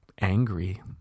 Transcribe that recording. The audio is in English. angry